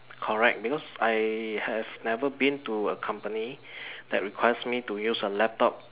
correct because I have never been to a company that requires me to use a laptop